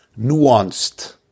nuanced